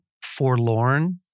forlorn